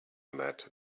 met